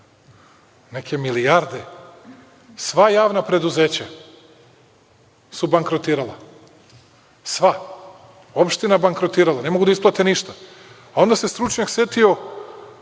ko god hoće? Sva javna preduzeća su bankrotirala, sva. Opština bankrotirala, ne mogu da isplate ništa, a onda se stručnjak setio